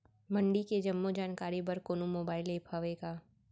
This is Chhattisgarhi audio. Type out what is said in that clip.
मंडी के जम्मो जानकारी बर कोनो मोबाइल ऐप्प हवय का?